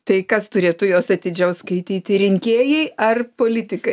tai kas turėtų juos atidžiau skaityti rinkėjai ar politikai